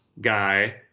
guy